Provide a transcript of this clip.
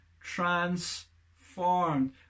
transformed